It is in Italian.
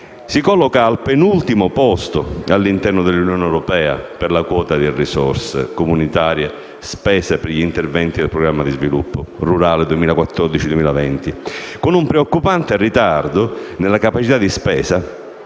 si colloca al penultimo posto all'interno dell'Unione europea per la quota di risorse comunitarie spese per gli interventi del Programma di sviluppo rurale 2014-2020, con un preoccupante ritardo nella capacità di spesa